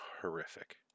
horrific